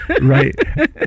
right